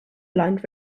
blind